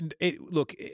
Look